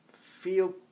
feel